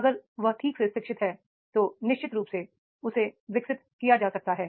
अगर वह ठीक से शिक्षित है तो निश्चित रूप से उसे विकसित किया जा सकता है